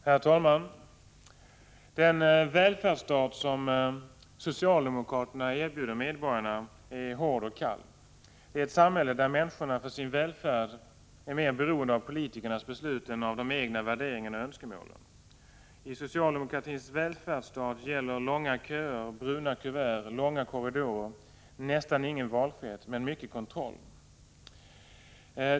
Herr talman! Den välfärdsstat som socialdemokraterna erbjuder medborgarna är hård och kall. Det är ett samhälle där människorna för sin välfärd är mer beroende av politikernas beslut än av de egna värderingarna och önskemålen. I socialdemokratins välfärdsstat gäller långa köer, bruna kuvert, långa korridorer, nästan ingen valfrihet men mycket kontroll.